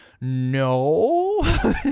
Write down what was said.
No